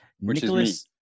Nicholas